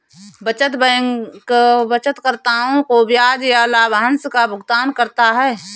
बचत बैंक बचतकर्ताओं को ब्याज या लाभांश का भुगतान करता है